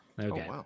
okay